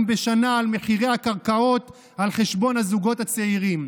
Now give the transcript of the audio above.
בשנה על מחירי הקרקעות על חשבון הזוגות הצעירים.